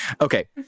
Okay